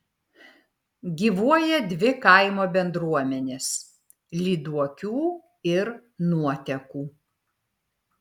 gyvuoja dvi kaimo bendruomenės lyduokių ir nuotekų